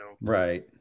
Right